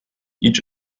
each